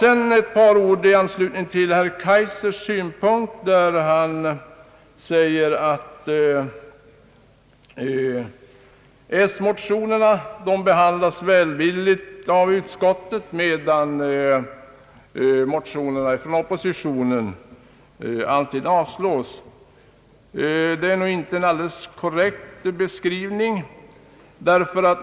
Herr Kajiser säger att s-motioner behandlas välvilligt av utskottet, medan motioner från oppositionen alltid avslås. Det är nu inte en alldeles korrekt beskrivning.